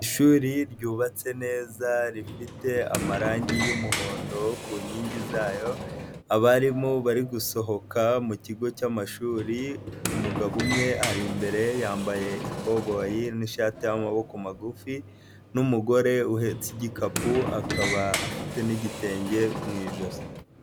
Ishuri ryubatse neza rifite amarangi y'umuhondo ku nkingi zayo, abarimu bari gusohoka mu kigo cy'amashuri, umugabo umwe ari imbere yambaye ikoboyi n'ishati y'amaboko magufi n'umugore uhetse igikapu akaba afite n'igitenge mu ijosi.